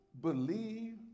believe